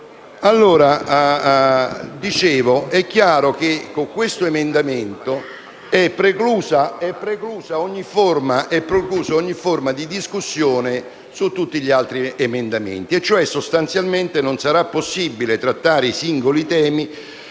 di attenzione. È chiaro che con questo emendamento è preclusa ogni forma di discussione su tutti gli altri emendamenti. Sostanzialmente non sarà possibile trattare i singoli temi